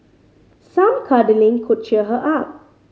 some cuddling could cheer her up